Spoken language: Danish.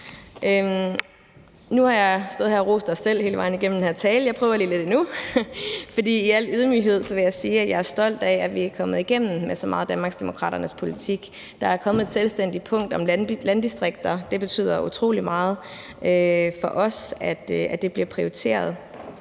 Nu har jeg stået her og rost os selv hele vejen igennem den her tale, og jeg prøver lige lidt endnu. I al ydmyghed vil jeg sige, at jeg er stolt af, at vi er kommet igennem med så meget af Danmarksdemokraternes politik. Der er kommet et selvstændigt punkt om landdistrikter. Det betyder utrolig meget for os, at det bliver prioriteret.